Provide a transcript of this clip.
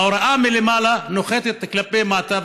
ההוראה מלמעלה נוחתת כלפי מטה,